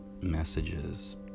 messages